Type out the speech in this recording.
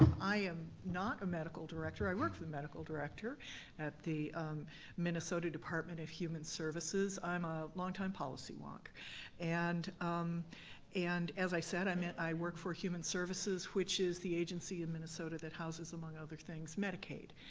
i am not a medical director, i work for the medical director at the minnesota department of human services. i'm a long-time policy wonk and and as i said, i mean i work for human services, which is the agency in minnesota that houses, among other things, medicaid.